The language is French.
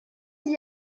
d’y